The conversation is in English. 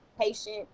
patient